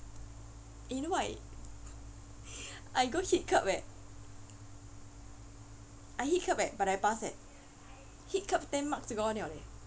you know what I I go hit kerb eh I hit kerb eh but I pass eh hit kerb ten marks gone liao eh